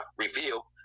reveal